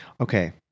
Okay